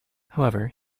however